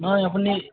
নহয় আপুনি